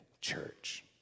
church